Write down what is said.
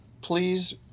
please